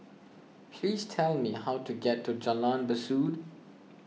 please tell me how to get to Jalan Besut